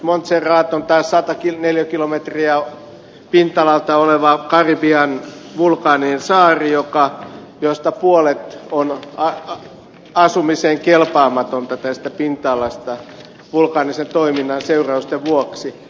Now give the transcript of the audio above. montserrat on taas sata neliökilometriä pinta alaltaan oleva karibian vulkaaninen saari jonka pinta alasta puolet on asumiseen kelpaamatonta vulkaanisen toiminnan seurausten vuoksi